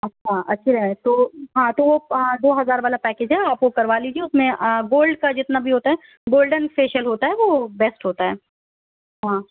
اچھا اچھی ہے تو ہاں تو وہ دو ہزار والا پیکیج ہے آپ وہ کروا لیجیے اُس میں آ گولڈ کا جتنا بھی ہوتا ہے گولڈن فیشیل ہوتا ہے وہ بیسٹ ہوتا ہے ہاں